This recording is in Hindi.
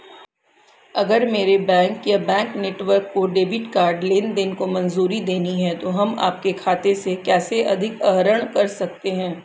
अगर मेरे बैंक या बैंक नेटवर्क को डेबिट कार्ड लेनदेन को मंजूरी देनी है तो हम आपके खाते से कैसे अधिक आहरण कर सकते हैं?